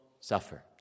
suffer